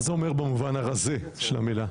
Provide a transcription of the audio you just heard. מה זה אומר במובן הרזה של המילה?